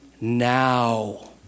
now